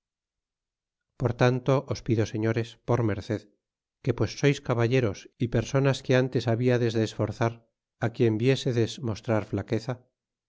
por tanto os pido señores por merced que pues sois caballeros y personas lúe antes hablades de esforzar quien viesedes mostrar flaqueza